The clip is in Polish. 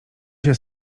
się